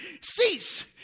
cease